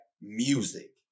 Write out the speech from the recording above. music